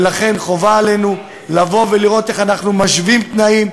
ולכן חובה עלינו לראות איך אנחנו משווים תנאים,